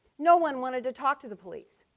no one wanted to talk to the police,